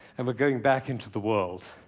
and we're going back into the world.